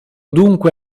dunque